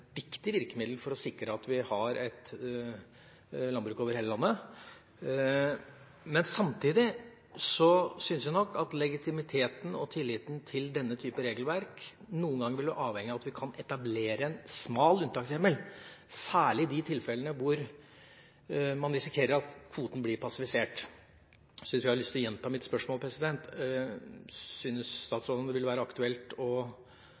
viktig virkemiddel for å sikre at vi har et landbruk over hele landet. Men samtidig syns jeg at legitimiteten og tilliten til denne type regelverk noen ganger blir avhengig av at vi kan etablere en smal unntakshjemmel, særlig i de tilfellene hvor man risikerer at kvoten blir passivisert. Så jeg har lyst til å gjenta mitt spørsmål: Syns statsråden det ville være aktuelt i hvert fall å